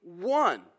one